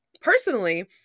Personally